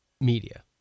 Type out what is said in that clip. Media